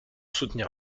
soutenir